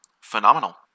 Phenomenal